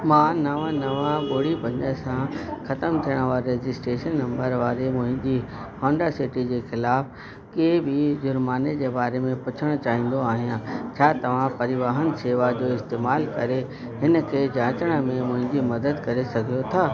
मां नव नव ॿुड़ी पंज सां ख़तम थियणु वारे रजिस्ट्रेशन नंबर वारे मुंहिंजी होंडा सिटी जे ख़िलाफ़ु कंहिं बि ज़ुर्माने जे बारे में पुछणु चाहींदो आहियां छा तव्हां परिवहन शेवा जो इस्तेमालु करे हिन खे जांचण में मुंहिंजी मदद करे सघो था